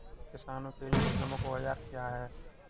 किसानों के लिए प्रमुख औजार क्या हैं?